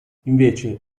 invece